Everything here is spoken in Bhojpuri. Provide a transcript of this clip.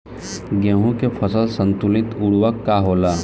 गेहूं के फसल संतुलित उर्वरक का होला?